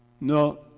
no